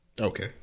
Okay